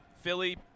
Philly